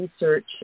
research